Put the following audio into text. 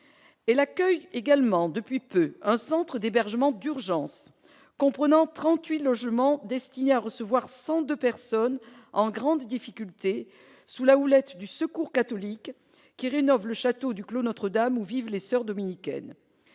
accueille également un centre d'hébergement d'urgence, ou CHU, qui comprend 38 logements destinés à recevoir 102 personnes en grande difficulté sous la houlette du Secours catholique, qui rénove le château du Clos Notre-Dame où vivent des soeurs dominicaines.